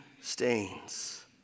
stains